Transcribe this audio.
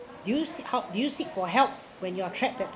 do you s~ help do you seek for help when you are trapped that time